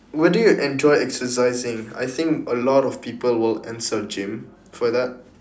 where do you enjoy exercising I think a lot of people will answer gym for that